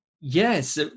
yes